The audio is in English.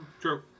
True